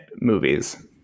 movies